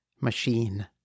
machine